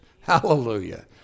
Hallelujah